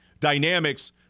Dynamics